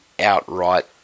outright